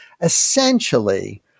essentially